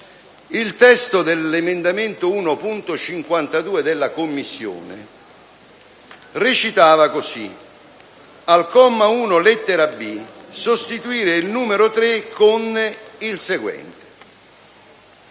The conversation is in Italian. Il testo dell'emendamento 1.52 della Commissione recitava così: «*Al comma 1, lettera* b)*, sostituire il numero 3) con il seguente:*